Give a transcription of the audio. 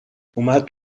اومد